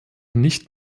nicht